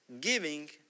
giving